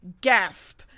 gasp